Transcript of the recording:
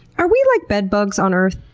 are we like bedbugs on earth?